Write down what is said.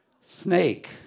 snake